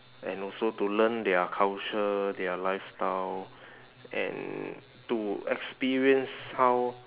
and also to learn their culture their lifestyle and to experience how